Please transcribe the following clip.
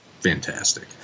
fantastic